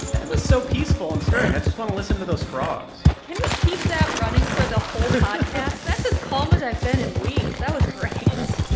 that was so peaceful and stirring. i just want to listen to those frogs can we keep that running for the whole podcast? that's as calm as i've been in weeks. that was great